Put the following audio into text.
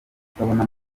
kutabona